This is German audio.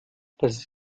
das